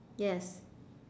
yes